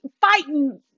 fighting